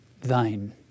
thine